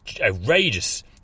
Outrageous